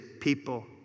people